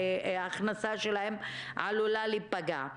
ההכנסה שלהן עלולה להיפגע.